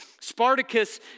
Spartacus